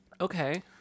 Okay